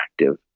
active